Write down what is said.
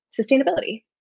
sustainability